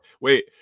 Wait